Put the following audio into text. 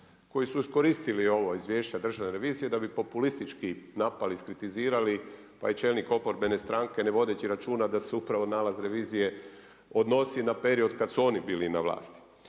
koji su iskoristili ovo izvješće Državne revizije, da bi populistički napali, iskritizirali, pa je čelnik oporbene stranke, ne vodeći računa, da se upravo nalaz revizije odnosi na period kad su oni bili na vlasti.